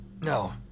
No